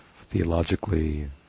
theologically